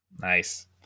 Nice